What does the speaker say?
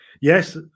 Yes